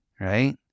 right